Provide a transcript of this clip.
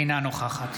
אינה נוכחת